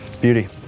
Beauty